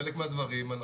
חלק מהדברים,